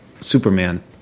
Superman